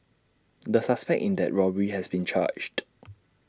the suspect in that robbery has been charged